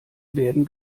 werden